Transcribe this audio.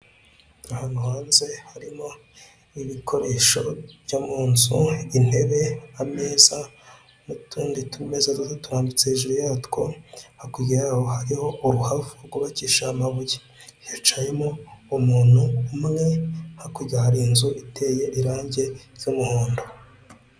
Ahantu hanze harimo ibikoresho byo munzu, intebe, ameza, n'utundi tumeza duto turambitse hejuru yatwo, hakurya yaho hariho uruhavu rwubakishije amabuye. Hicayemo umuntu umwe, hakurya har'inzu iteye irangi ry'umuhondo.